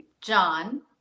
John